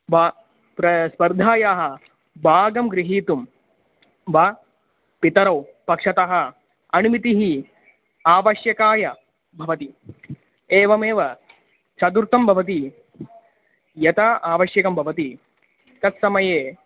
वा प्र स्पर्धायां भागं गृहीतुं वा पित्रोः पक्षतः अनुमतिः आवश्यकाय भवति एवमेव चदुर्तं बवति यता आवश्यकं भवति तत्समये